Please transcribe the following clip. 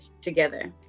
together